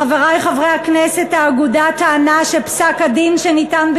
חברי חברי הכנסת, האגודה טענה שפסק-הדין שניתן,